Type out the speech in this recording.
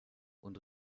und